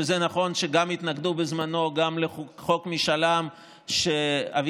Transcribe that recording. שנכון שהתנגדו בזמנו גם לחוק משאל עם שאביגדור